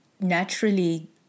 naturally